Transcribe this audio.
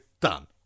done